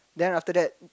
then after that